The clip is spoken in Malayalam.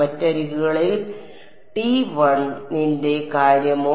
മറ്റ് അരികുകളിൽ ടി 1 ന്റെ കാര്യമോ